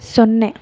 ಸೊನ್ನೆ